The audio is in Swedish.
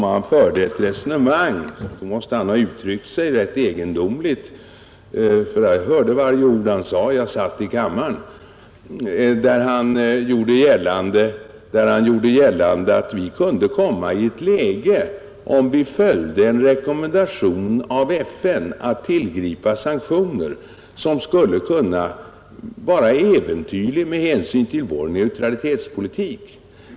Han förde ett resonemang — även om han uttryckte sig rätt egendomligt; jag hörde nämligen varje ord han sade, eftersom jag satt i kammaren — där han gjorde gällande att vi kunde komma i ett läge, om vi följde en rekommendation av FN att tillgripa sanktioner, som skulle kunna vara äventyrligt med hänsyn till vår neutralitetspolitik.